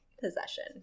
possession